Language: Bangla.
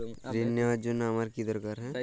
ঋণ নেওয়ার জন্য আমার কী দরকার?